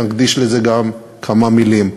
להקדיש לזה גם כמה מילים.